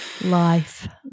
Life